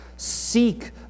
Seek